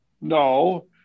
No